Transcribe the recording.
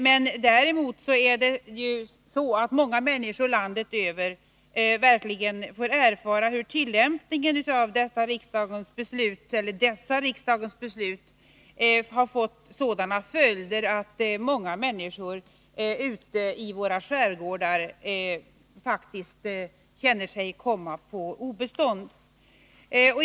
Men många människor landet över har verkligen fått erfara att tillämpningen av dessa riksdagens beslut får sådana följder att många människor ute i våra skärgårdar faktiskt kommer på obestånd.